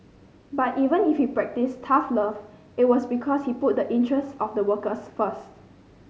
but even if he practised tough love it was because he put the interests of the workers first